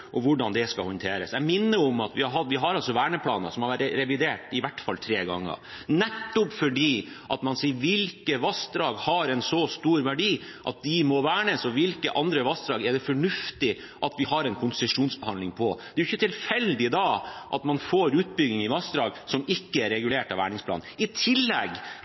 og hvordan det skal håndteres. Jeg vil minne om at vi har verneplaner som har vært revidert i hvert fall tre ganger, nettopp fordi man spør: Hvilke vassdrag har en så stor verdi at de må vernes, og hvilke andre vassdrag er det fornuftig at vi har en konsesjonsbehandling på? Da er det ikke tilfeldig at man får utbygging i vassdrag som ikke er regulert av verningsplanen. I tillegg